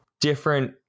different